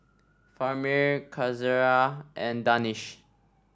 Fahmi Qaisara and Danish